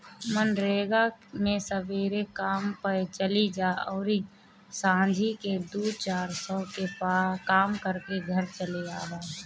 मनरेगा मे सबेरे काम पअ चली जा अउरी सांझी से दू चार सौ के काम कईके घरे चली आवअ